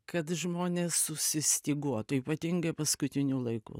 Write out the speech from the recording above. kad žmonės susistyguotų ypatingai paskutiniu laiku